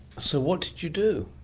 so what did you do?